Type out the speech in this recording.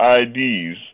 ids